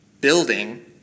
building